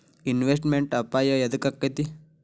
Investment ಅಪಾಯಾ ಯದಕ ಅಕ್ಕೇತಿ?